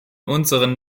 unseren